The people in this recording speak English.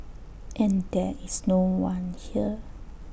and there is no one here